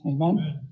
Amen